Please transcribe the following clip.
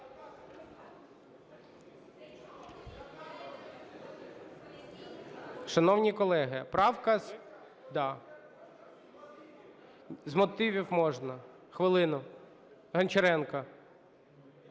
Шановні колеги, правка… Да, з мотивів можна. Хвилину Гончаренку.